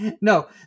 no